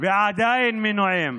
ועדיין מנועים